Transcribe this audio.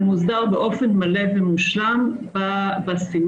הוא מוסדר באופן מלא ומושלם בסימן,